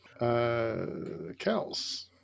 Kels